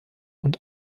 und